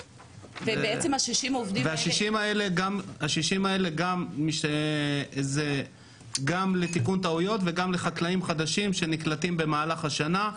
וה-60 האלה הם גם לתיקון טעויות וגם לחקלאים חדשים שנקלטים במהלך השנה.